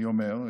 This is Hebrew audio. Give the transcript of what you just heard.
אני אומר,